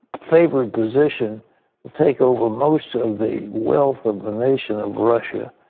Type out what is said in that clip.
favored position to take over most of the wealth of the nation of russia.